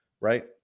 right